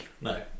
No